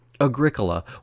Agricola